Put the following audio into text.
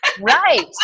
Right